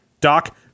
Doc